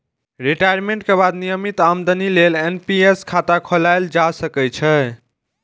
retirement के बाद नियमित आमदनी लेल एन.पी.एस खाता खोलाएल जा सकै छै